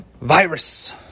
virus